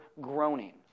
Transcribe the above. groaning